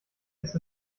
ist